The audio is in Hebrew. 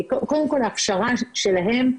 קודם כל ההכשרה שלהם,